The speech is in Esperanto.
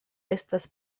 estas